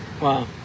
wow